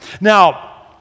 Now